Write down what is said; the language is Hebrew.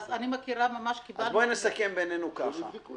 אני מכירה, קיבלנו פניות.